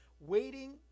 waiting